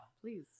Please